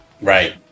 Right